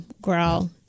growl